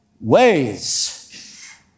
ways